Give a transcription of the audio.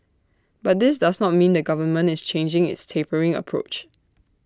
but this does not mean the government is changing its tapering approach